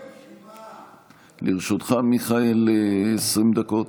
לרשותך, מיכאל, 20 דקות.